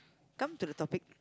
come to the topic